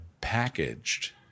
packaged